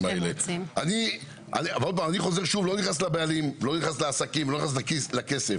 אני לא נכנס לבעלים ולא נכנס לעסקים או לכסף,